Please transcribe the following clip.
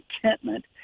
contentment